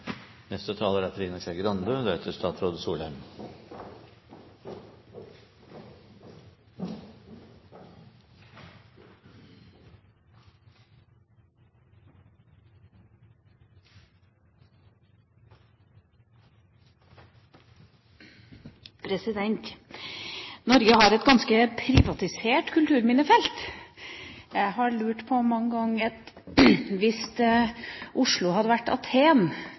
Norge har et ganske privatisert kulturminnefelt. Jeg har mange ganger lurt på, hvis Oslo hadde vært Aten,